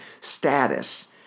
status